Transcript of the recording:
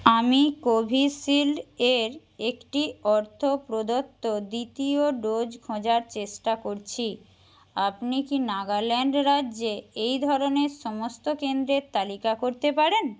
আমি কোভিশিল্ড এর একটি অর্থ প্রদত্ত দ্বিতীয় ডোজ খোঁজার চেষ্টা করছি আপনি কি নাগাল্যান্ড রাজ্যে এই ধরনের সমস্ত কেন্দ্রের তালিকা করতে পারেন